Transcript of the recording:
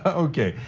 okay,